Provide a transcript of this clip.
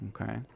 okay